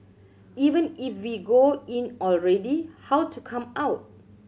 even if go in already how to come out